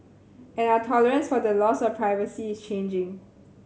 and our tolerance for the loss of privacy is changing